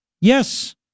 Yes